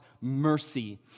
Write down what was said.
mercy